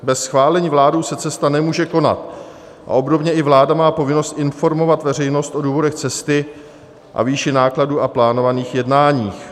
Bez schválení vládou se cesta nemůže konat a obdobně i vláda má povinnost informovat veřejnost o důvodech cesty a výši nákladů a plánovaných jednání.